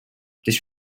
this